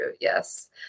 Yes